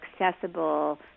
accessible